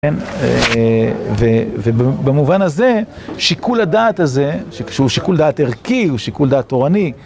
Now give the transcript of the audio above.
ובמובן הזה שיקול הדעת הזה, שהוא שיקול דעת ערכי, הוא שיקול דעת תורני